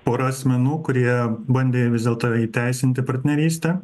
pora asmenų kurie bandė vis dėlto įteisinti partnerystę